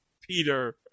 Peter